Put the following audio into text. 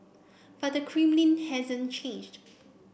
but the Kremlin hasn't changed